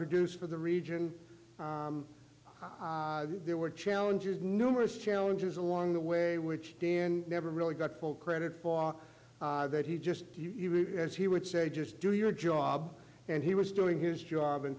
produce for the region there were challenges numerous challenges along the way which dan never really got full credit for that he just as he would say just do your job and he was doing his job and